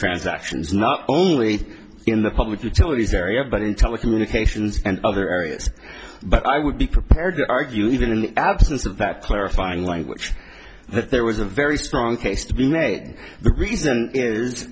transactions not only in the public utilities area but in telecommunications and other areas but i would be prepared to argue even in the absence of that clarifying language that there was a very strong case to be made the reason is